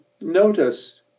notice